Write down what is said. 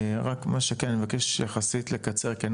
רק מה שכן אני מבקש יחסית לקצר כי אני